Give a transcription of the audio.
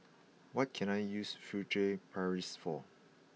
what can I use Furtere Paris for